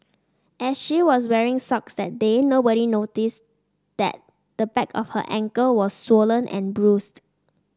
as she was wearing socks that day nobody notice that the back of her ankle was swollen and bruised